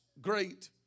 great